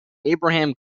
abraham